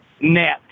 net